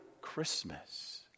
Christmas